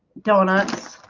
donuts